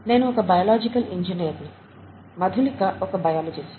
నేను ఒక biological engineer ని మధులిక ఒక బయాలజిస్ట్